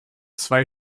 zwei